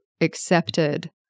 accepted